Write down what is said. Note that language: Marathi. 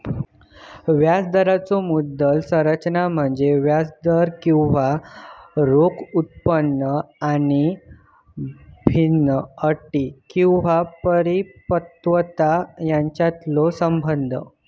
व्याजदराचो मुदत संरचना म्हणजे व्याजदर किंवा रोखा उत्पन्न आणि भिन्न अटी किंवा परिपक्वता यांच्यातलो संबंध